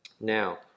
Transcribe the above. Now